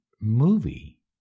movie